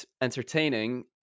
entertaining